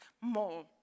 more